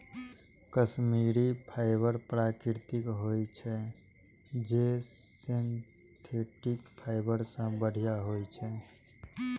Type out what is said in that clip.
Kashmiri fibre प्राकृतिक होइ छै, जे सिंथेटिक फाइबर सं बढ़िया होइ छै